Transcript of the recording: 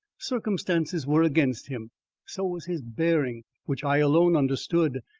circumstances were against him so was his bearing which i alone understood.